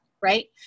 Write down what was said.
right